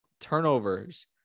turnovers